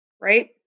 Right